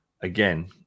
again